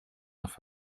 off